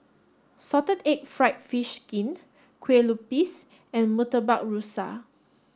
salted egg fried fish skin Kueh Lupis and Murtabak Rusa